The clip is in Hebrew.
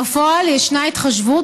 בפועל ישנה התחשבות,